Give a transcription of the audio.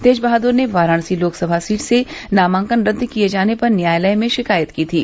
तेज बहादुर ने वाराणसी लोकसभा सीट से नामांकन रद्द किये जाने पर न्यायालय में शिकायत की थी